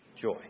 joy